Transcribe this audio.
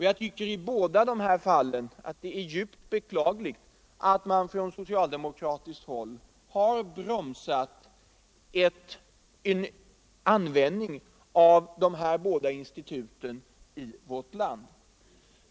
Jag tycker att det är djupt beklagligt att man från socialdemokratiskt håll har bromsat en användning av dessa båda institut i vårt land.